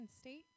State